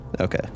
Okay